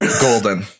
Golden